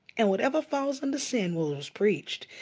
and whatever follows under sin was preached.